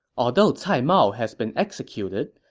although cai mao has been executed,